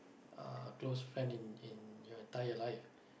uh close friend in in your entire life